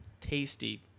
tasty